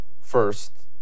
first